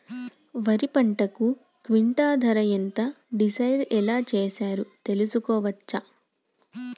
వరి పంటకు క్వింటా ధర ఎంత డిసైడ్ ఎలా చేశారు తెలుసుకోవచ్చా?